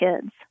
kids